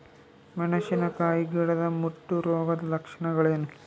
ಮೆಣಸಿನಕಾಯಿ ಗಿಡದ ಮುಟ್ಟು ರೋಗದ ಲಕ್ಷಣಗಳೇನು?